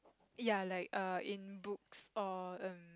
ya like err in books or um